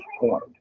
point